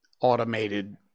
automated